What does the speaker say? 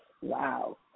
Wow